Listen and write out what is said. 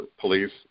police